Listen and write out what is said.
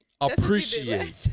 appreciate